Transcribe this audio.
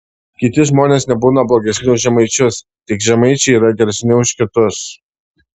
kiti žmonės nebūna blogesni už žemaičius tik žemaičiai yra geresni už kitus